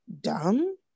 dumb